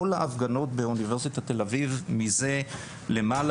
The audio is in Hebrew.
כל ההפגנות באונ' תל אביב מזה למעלה